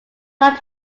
not